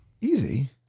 Easy